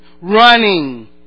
running